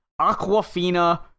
Aquafina